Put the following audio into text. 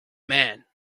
man